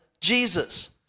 Jesus